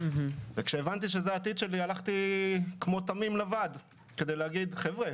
כאשר הבנתי זאת הלכתי כמו תמים לוועד כדי להגיד: חבר'ה,